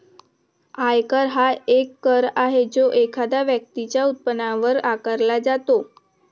आयकर हा एक कर आहे जो एखाद्या व्यक्तीच्या उत्पन्नावर आकारला जातो